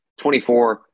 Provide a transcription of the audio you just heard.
24